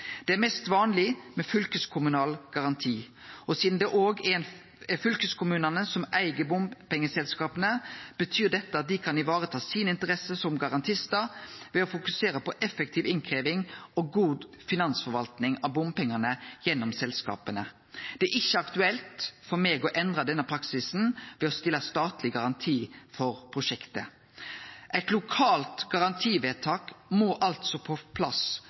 Det er mest vanleg med fylkeskommunal garanti, og sidan det òg er fylkeskommunane som eig bompengeselskapa, betyr det at dei kan vareta interessene sine som garantistar ved å fokusere på effektiv innkrevjing og god finansforvalting av bompengane gjennom selskapa. Det er ikkje aktuelt for meg å endre denne praksisen ved å stille statleg garanti for prosjektet. Eit lokalt garantivedtak må altså på plass